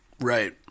Right